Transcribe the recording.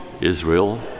Israel